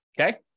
okay